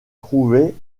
trouvait